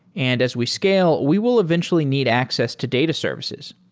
and as we scale, we will eventually need access to data services.